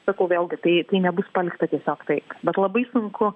sakau vėlgi tai tai nebus palikta tiesiog taip bet labai sunku